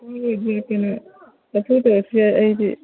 ꯂꯐꯨ ꯇꯧꯔꯁꯨ ꯌꯥꯏ ꯑꯩꯗꯤ